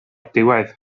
diwedd